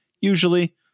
Usually